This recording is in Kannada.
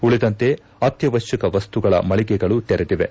ಉಳಿದಂತೆ ಅತ್ಯವಶ್ಯಕ ವಸ್ತುಗಳ ಮಳಿಗೆಗಳು ತೆರೆದಿವೆ